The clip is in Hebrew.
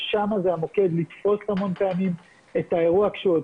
שם זה המוקד לתפוס המון פעמים את האירוע כשהוא עוד